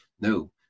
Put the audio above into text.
no